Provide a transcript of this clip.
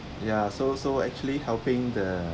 ya so so actually helping the